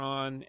on